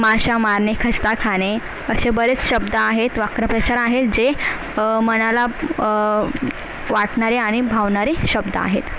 माशा मारणे खस्ता खाणे असे बरेच शब्द आहेत वाक्प्रचार आहे जे मनाला वाटणारे आणि भावणारे शब्द आहेत